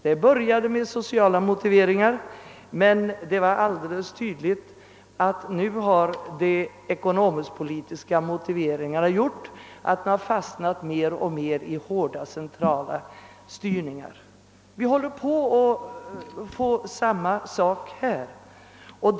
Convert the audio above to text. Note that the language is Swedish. Där började man med sociala motiveringar, men de ekonomisk-politiska motiveringarna har tagit Ööverhand, och man har fastnat i hårda centrala styrningar. Vi håller på att få samma situation här.